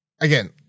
again